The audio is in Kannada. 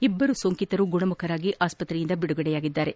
ಇಬ್ಬರು ಸೋಂಕಿತರು ಗುಣಮುಖರಾಗಿ ಆಸ್ಪತ್ರೆಯಿಂದ ಬಿಡುಗಡೆಯಾಗಿದ್ದಾರೆ